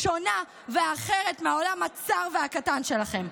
שונה ואחרת מהעולם הצר והקטן שלכן.